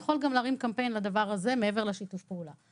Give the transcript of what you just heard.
הוא יכול גם להרים קמפיין לדבר הזה מעבר לשיתוף הפעולה.